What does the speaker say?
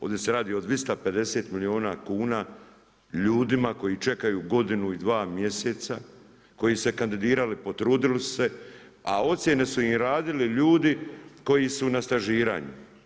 Ovdje se radi o 250 milijuna kuna ljudima koji čekaju godinu i dva mjeseca, koji su se kandidirali, potrudili su se a ocjene su im radili ljudi koji su na stažiranju.